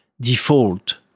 default